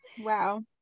Wow